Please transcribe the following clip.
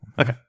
Okay